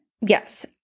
Yes